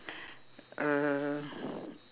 uh